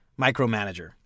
micromanager